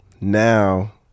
now